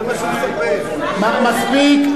מספיק.